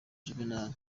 juvenal